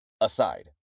Aside